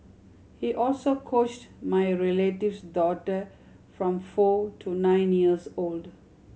he also coached my relative's daughter from four to nine years old